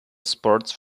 sports